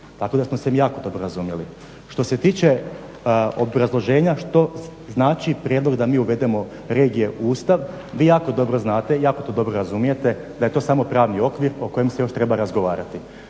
tako da smo se mi jako dobro razumjeli. Što se tiče obrazloženja što znači prijedlog da mi uvedemo regije u Ustav vi jako dobro znate i jako to dobro razumijete da je to samo pravni okvir o kojem se još treba razgovarati.